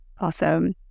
Awesome